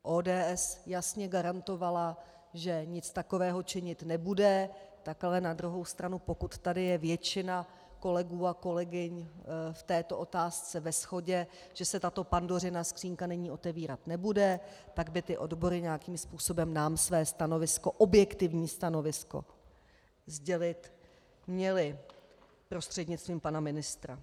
ODS jasně garantovala, že nic takového činit nebude, tak ale na druhou stranu pokud tady je většina kolegů a kolegyň v této otázce ve shodě, že se tato Pandořina skříňka nyní otevírat nebude, tak by nám odbory nějakým způsobem své stanovisko, objektivní stanovisko sdělit měly prostřednictvím pana ministra.